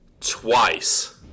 twice